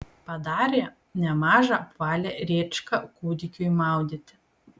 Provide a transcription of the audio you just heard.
padarė nemažą apvalią rėčką kūdikiui maudyti